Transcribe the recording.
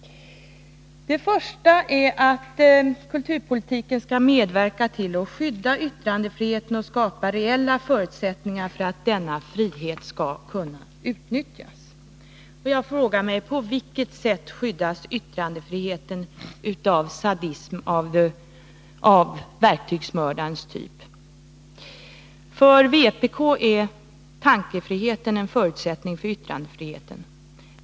Det första målet är att kulturpolitiken skall medverka till att skydda yttrandefriheten och skapa reella förutsättningar för att denna frihet skall kunna utnyttjas. Jag frågar mig: På vilket sätt skyddas yttrandefriheten av sadism av Verktygsmördarens typ? För vpk är tankefriheten en förutsättning för yttrandefriheten.